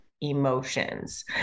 emotions